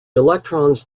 electrons